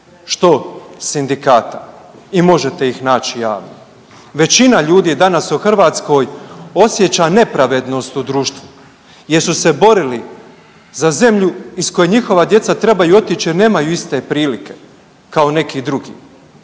što sindikata i možete ih naći javno. Većina ljudi danas u Hrvatskoj osjeća nepravednost u društvu jer su se borili za zemlju iz koje njihova djeca trebaju otić jer nemaju iste prilike kao neki drugi,